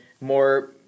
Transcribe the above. more